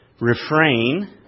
refrain